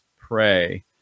pray